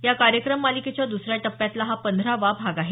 या कार्यक्रम मालिकेच्या दुसऱ्या टप्प्यातला हा पंधरावा भाग आहे